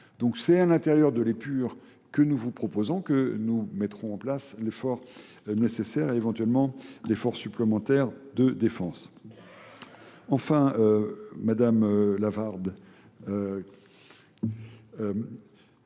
Donc c'est à l'intérieur de l'épure que nous vous proposons que nous mettrons en place l'effort nécessaire et éventuellement l'effort supplémentaire de défense. Enfin, Mme Lavarde,